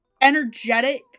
energetic